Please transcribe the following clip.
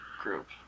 group